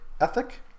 ethic